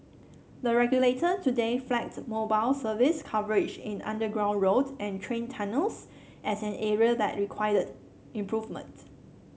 the regulator today flagged mobile service coverage in underground road and train tunnels as an area that required improvement